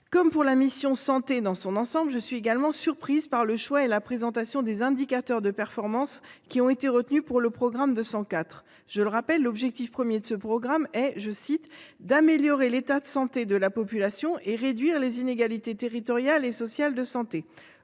Comme pour la mission « Santé » dans son ensemble, je suis également surprise par le choix et la présentation des indicateurs de performance qui ont été retenus pour le programme 204. L’objectif premier de ce programme – je le rappelle – est « d’améliorer l’état de santé de la population et de réduire les inégalités territoriales et sociales de santé ».